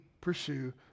pursue